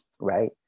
right